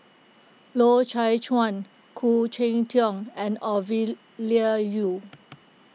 Loy Chye Chuan Khoo Cheng Tiong and Ovidia Yu